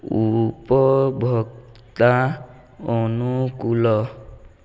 ଉପଭୋକ୍ତା ଅନୁକୁଳ